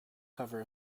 cover